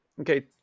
okay